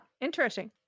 interesting